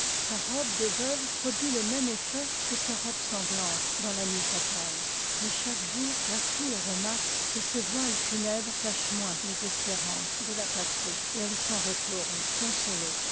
sa robe de veuve produit le même effet que sa robe sanglante dans la nuit fatale mais chaque jour la foule remarque que ces voiles funèbres cachent moins les espérances de la patrie et elle s'en retourne consolée